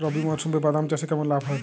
রবি মরশুমে বাদাম চাষে কেমন লাভ হয়?